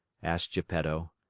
asked geppetto.